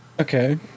Okay